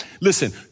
Listen